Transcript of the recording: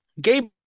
Gabe